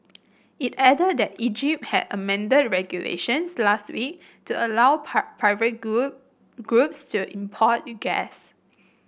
it added that Egypt had amended regulations last week to allow private groups to import gas